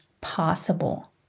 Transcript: possible